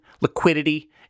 liquidity